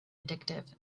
addictive